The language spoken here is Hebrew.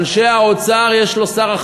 לנערי האוצר יש שר מעליהם והוא אחראי.